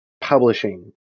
publishing